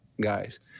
guys